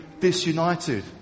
disunited